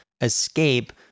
escape